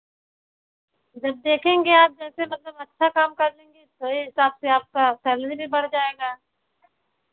जब देखेंगे आप जैसे मतलब अच्छा काम कर देंगी तो वही हिसाब से आपका सैलेरी भी बढ़ जाएगा